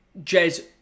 Jez